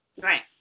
Right